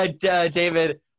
David